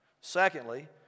Secondly